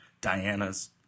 Dianas